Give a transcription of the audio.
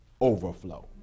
overflow